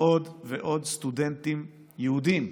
עוד ועוד סטודנטים יהודים,